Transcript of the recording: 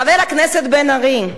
חבר הכנסת בן-ארי,